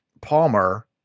Palmer